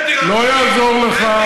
לא יעזור לך.